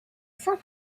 saint